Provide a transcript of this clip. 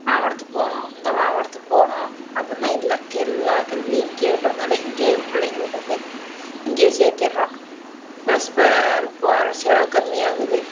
மாவட்டத்துக்கு போகணும் இந்த மாவட்டத்துக்கு போகணும் அப்புடின்லாம் இல்லை எல்லா கல்வியும் இங்கேயே இருக்கிறதுனாலே இங்கேயே என் பிள்ளைங்களுக்கு வந்து இங்கேயே சேர்த்திடுறோம் பஸ் பேர் போகிற செலவு கம்மியாகுது